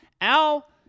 Al